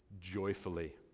joyfully